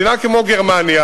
מדינה כמו גרמניה,